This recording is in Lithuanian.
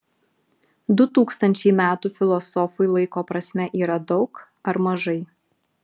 du tūkstančiai metų filosofui laiko prasme yra daug ar mažai